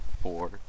four